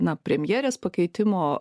na premjerės pakeitimo